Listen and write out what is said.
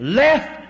left